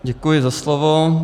Děkuji za slovo.